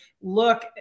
look